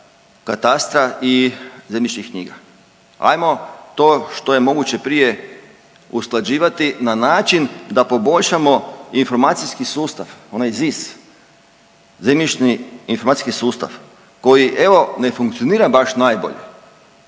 katastra i zemljišnih knjiga. Ajmo to što je moguće prije usklađivati na način da poboljšamo informacijski sustav, onaj ZIS, Zemljišni informacijski sustav koji evo, ne funkcionira baš najbolje.